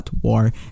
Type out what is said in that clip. war